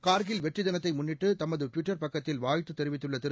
கார்கில் வெற்றி தினத்தை முன்னிட்டு தமது ட்விட்டர் பக்கத்தில் வாழ்த்து தெரிவித்துள்ள திரு